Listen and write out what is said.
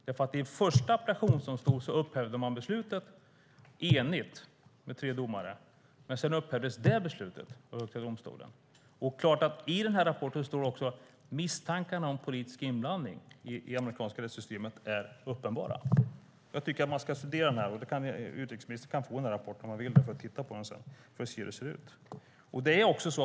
I första appellationsdomstolen upphävde tre domare enigt beslutet, men sedan upphävdes detta beslut av Högsta domstolen. I rapporten står det också att misstankarna om politisk inblandning i det amerikanska rättssystemet är uppenbara. Jag tycker att utrikesministern ska studera denna rapport. Han kan få den av mig så att han kan titta på det och se hur det ser ut.